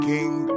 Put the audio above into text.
King